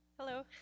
Hello